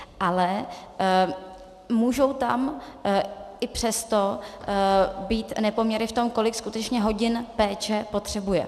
Ale můžou tam i přesto být nepoměry v tom, kolik skutečně hodin péče potřebuje.